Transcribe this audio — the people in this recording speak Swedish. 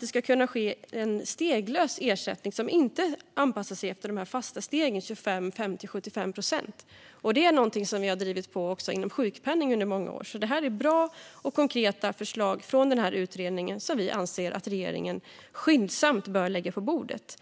det ska kunna ske en steglös ersättning som inte anpassar sig efter de fasta stegen - 25, 50 och 75 procent. Detta är något som vi under många år har drivit också när det gäller sjukpenningen. Det är bra och konkreta förslag från utredningen som vi anser att regeringen skyndsamt bör lägga på bordet.